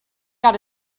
got